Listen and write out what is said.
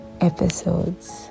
episodes